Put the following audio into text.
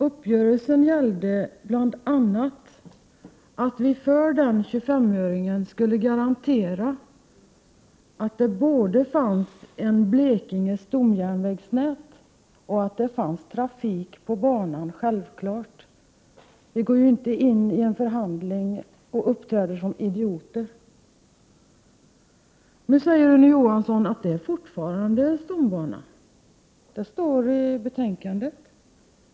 Uppgörelsen avsåg bl.a. att vi för denna 25-öring skulle garantera både att det fanns ett Blekinge stomjärnvägsnät och att det självfallet fanns trafik på banan. Vi går ju inte in i en förhandling och uppträder som idioter. Nu säger Rune Johansson att Blekinge kustbana fortfarande tillhör stomnätet, vilket står att läsa i betänkandet.